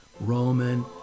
Roman